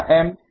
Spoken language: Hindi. M क्या है